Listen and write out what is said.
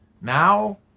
now